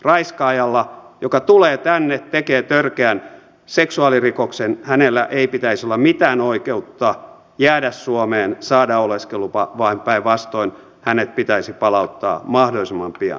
raiskaajalla joka tulee tänne tekee törkeän seksuaalirikoksen ei pitäisi olla mitään oikeutta jäädä suomeen saada oleskelulupaa vaan päinvastoin hänet pitäisi palauttaa mahdollisimman pian lähtömaahan